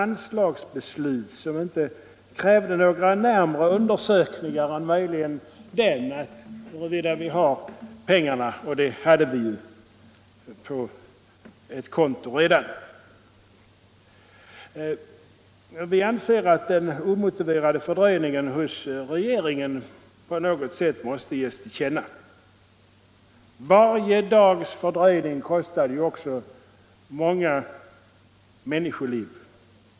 Anslagsbeslutet krävde alltså inte några närmare undersökningar. Pengarna fanns redan på ett konto. Vi anser att regeringens omotiverade fördröjning på något sätt måste ges till känna. Varje dags fördröjning kostade ju många människoliv.